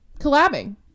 collabing